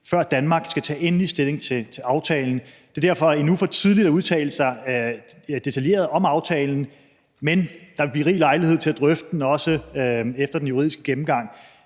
før Danmark skal tage endelig stilling til aftalen. Det er derfor endnu for tidligt at udtale sig detaljeret om aftalen, men der vil blive rig lejlighed til at drøfte den også efter den juridiske gennemgang.